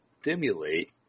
stimulate